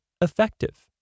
effective